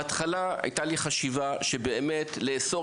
בהתחלה הייתה לי חשיבה שבאמת לאסור